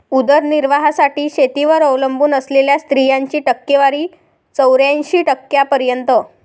उदरनिर्वाहासाठी शेतीवर अवलंबून असलेल्या स्त्रियांची टक्केवारी चौऱ्याऐंशी टक्क्यांपर्यंत